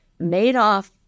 Madoff